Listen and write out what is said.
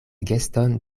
geston